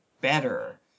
better